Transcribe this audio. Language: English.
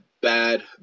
Bad